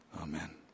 amen